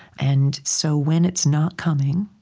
and so, when it's not coming,